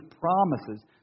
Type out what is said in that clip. promises